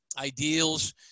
ideals